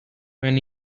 when